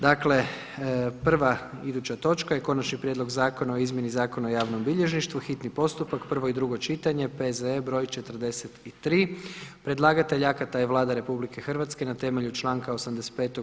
Dakle, prva iduća točka je: - Konačni prijedlog Zakona o izmjeni Zakona o javnom bilježništvu, hitni postupak, prvo i drugo čitanje, P.Z.E. broj 43 Predlagatelj akata je Vlada RH na temelju članka 85.